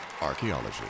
Archaeology